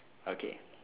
okay